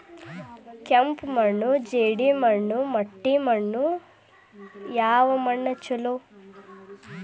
ಕೆಂಪು ಮಣ್ಣು, ಜೇಡಿ ಮಣ್ಣು, ಮಟ್ಟಿ ಮಣ್ಣ ಯಾವ ಮಣ್ಣ ಛಲೋ?